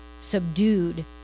subdued